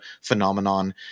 phenomenon